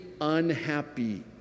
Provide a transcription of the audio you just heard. unhappy